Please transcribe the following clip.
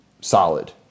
solid